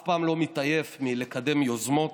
אף פעם לא מתעייף מלקדם יוזמות,